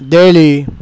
Delhi